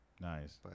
Nice